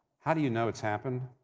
how do you know it's happened?